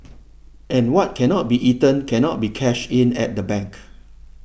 and what cannot be eaten cannot be cashed in at the bank